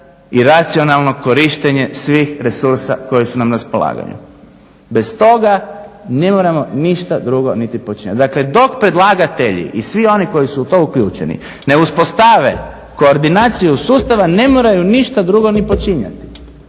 i racionalno korištenje svih resursa koji su nam na raspolaganju. Bez toga ne moramo ništa drugo niti počinjati, dakle dok predlagatelji i svi oni koji su u to uključeni ne uspostave koordinaciju sustava, ne moraju ništa drugo ni počinjati,